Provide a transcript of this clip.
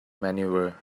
maneuver